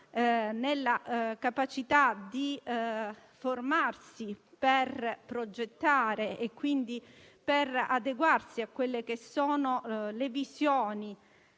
nella capacità di formarsi per progettare e quindi per adeguarsi alle visioni